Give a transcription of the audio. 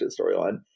storyline